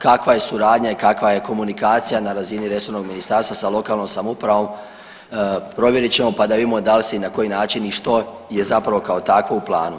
Kakva je suradnja i kakva je komunikacija na razini resornog ministarstva sa lokalnom samoupravom, provjerit ćemo pa da vidimo da li se i na koji način i što je zapravo kao takvo u planu.